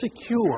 secure